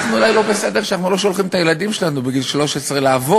אנחנו אולי לא בסדר שאנחנו לא שולחים את הילדים שלנו בגיל 13 לעבוד,